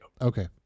Okay